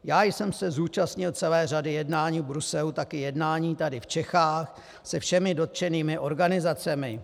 Já jsem se zúčastnil celé řady jednání v Bruselu, také jednání tady v Čechách, se všemi dotčenými organizacemi.